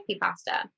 pasta